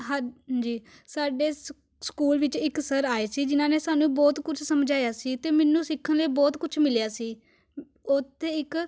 ਹਾਂਜੀ ਸਾਡੇ ਸਕ ਸਕੂਲ ਵਿੱਚ ਇੱਕ ਸਰ ਆਏ ਸੀ ਜਿਨ੍ਹਾਂ ਨੇ ਸਾਨੂੰ ਬਹੁਤ ਕੁਝ ਸਮਝਾਇਆ ਸੀ ਅਤੇ ਮੈਨੂੰ ਸਿੱਖਣ ਲਈ ਬਹੁਤ ਕੁਛ ਮਿਲਿਆ ਸੀ ਉੱਥੇ ਇੱਕ